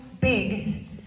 big